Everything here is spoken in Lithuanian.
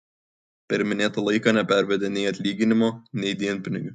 per minėtą laiką nepervedė nei atlyginimo nei dienpinigių